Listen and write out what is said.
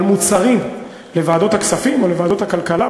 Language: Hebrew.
מוצרים לוועדת הכספים או לוועדת הכלכלה,